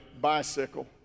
bicycle